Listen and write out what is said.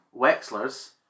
Wexler's